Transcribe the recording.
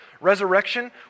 resurrection